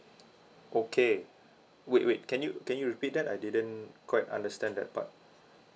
okay wait wait can you can you repeat that I didn't quite understand that part